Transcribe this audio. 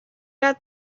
got